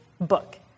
book